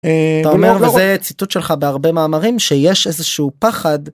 וזה ציטוט שלך בהרבה מאמרים שיש איזשהו פחד.